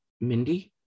Mindy